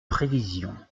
prévision